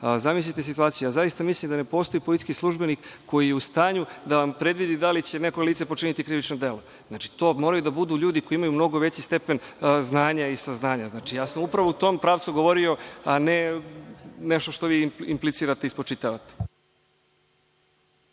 Zamislite situaciju, ja zaista mislim da ne postoji policijski službenik koji je u stanju da vam predvidi da li će neko lice počiniti krivično delo. To moraju da budu ljudi koji imaju mnogo veći stepen znanja i saznanja. Ja sam upravo u tom pravcu govorio, a ne nešto što vi implicirate i spočitavate.